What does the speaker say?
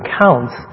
counts